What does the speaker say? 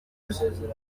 rushinzwe